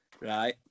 right